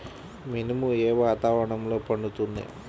మినుము ఏ వాతావరణంలో పండుతుంది?